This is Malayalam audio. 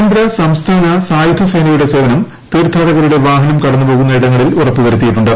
കേന്ദ്ര സംസ്ഥാന സായുധ സേനയുടെ സ്റ്റ്പ്പന് തീർത്ഥാടകരുടെ വാഹനം കടന്നുപോകുന്ന ഇടങ്ങളിൽ ഉറപ്പുവരുത്തിയിട്ടുണ്ട്